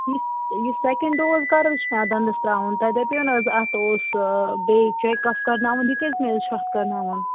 یُس یہِ second dose کر حظ چھِ مےٚ اتھ دَنٛدس تراوُن تۄہہِ دَپیاوٕ نا حظ اتھ اوس بییہِ چَیٚک اف کرناوُن یہِ کٔژِمہِ حظ چھِ اتھ کَرناوُن